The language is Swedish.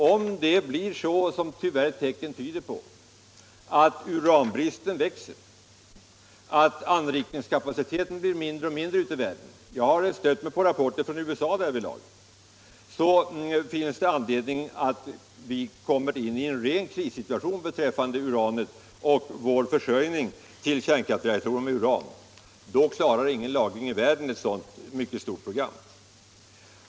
Om det blir så att uranbristen växer och anrikningskapaciteten ute i världen blir mindre och mindre — och tyvärr tyder tecknen på det; jag har sett det i rapporter från USA -— så föreligger det risk för att vi kommer in i en ren krissituation när det gäller vår försörjning med uran till kärnkraftverken. Då klarar ingen lagring i världen den efterfrågan som uppstår.